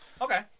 Okay